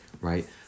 right